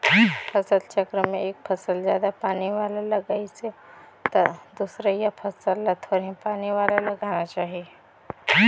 फसल चक्र में एक फसल जादा पानी वाला लगाइसे त दूसरइया फसल ल थोरहें पानी वाला लगाना चाही